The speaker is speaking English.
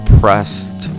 pressed